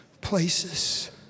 places